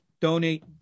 donate